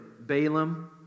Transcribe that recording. Balaam